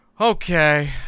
okay